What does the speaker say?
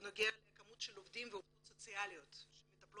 בנוגע למספר העובדים והעובדות הסוציאליות שמטפלים